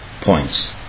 points